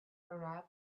arab